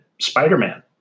Spider-Man